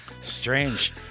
strange